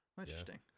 Interesting